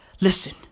listen